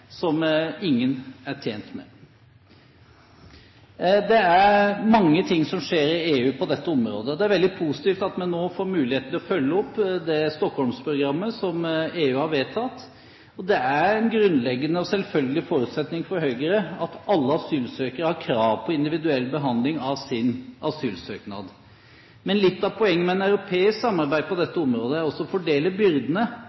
som ingen er tjent med. Det er mange ting som skjer i EU på dette området. Det er veldig positivt at man får mulighet til å følge opp Stockholm-programmet som EU har vedtatt. Det er en grunnleggende og selvfølgelig forutsetning for Høyre at alle asylsøkere har krav på individuell behandling av sin asylsøknad. Men litt av poenget med et europeisk samarbeid på